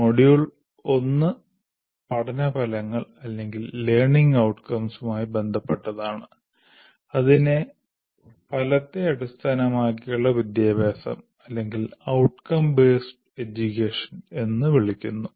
module 1 പഠന ഫലങ്ങളുമായി ബന്ധപ്പെട്ടതാണ് അതിനെ ഫലത്തെ അടിസ്ഥാനമാക്കിയുള്ള വിദ്യാഭ്യാസം എന്ന് വിളിക്കുന്നു